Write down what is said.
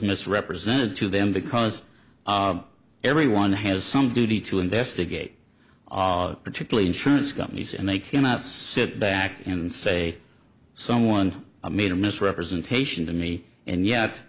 misrepresented to them because of everyone has some duty to investigate particularly insurance companies and they cannot sit back and say someone made a misrepresentation to me and ye